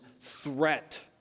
threat